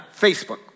Facebook